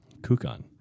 Kukan